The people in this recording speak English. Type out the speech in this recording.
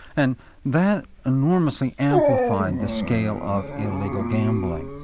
and that enormously amplified the scale of illegal gambling.